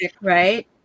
right